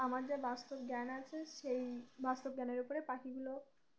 আমার যা বাস্তব জ্ঞান আছে সেই বাস্তব জ্ঞানের উপরে পাখিগুলো